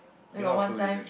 then got one time